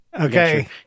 Okay